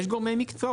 יש גורמי מקצוע,